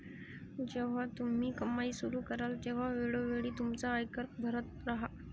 जेव्हा तुम्ही कमाई सुरू कराल तेव्हा वेळोवेळी तुमचा आयकर भरत राहा